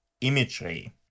imagery